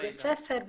בבית ספר,